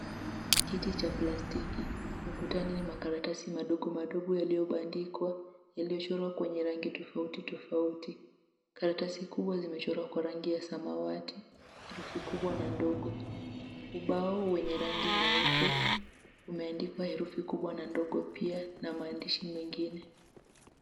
Kiti cha plastiki ukutani ni makaratasi madogo madogo yaliyobandikwa yaliyochorwa kwa rangi tofauti tofauti. Karatasi kubwa zimechorwa kwa rangi ya samawati herufi kubwa na ndogo. Ubao wenye rangi nyeupe umeandikwa herufi kubwa na ndogo pia na maandishi mengine.